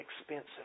expensive